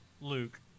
Luke